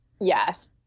Yes